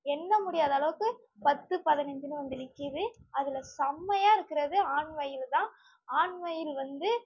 எண்ண முடியாத அளவுக்கு பத்து பதினஞ்சுனு வந்து நிக்குது அதில் செம்மையாக இருக்கிறது ஆண் மயில் தான் ஆண் மயில் வந்து